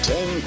Ten